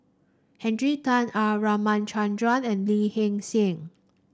Henry Tan R Ramachandran and Lee Hee Seng